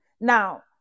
Now